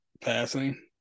passing